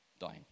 dying